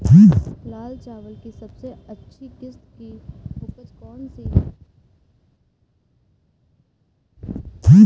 लाल चावल की सबसे अच्छी किश्त की उपज कौन सी है?